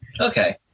Okay